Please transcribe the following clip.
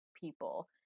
people